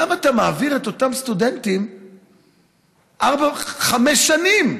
למה אתה מעביר את אותם סטודנטים ארבע-חמש שנים?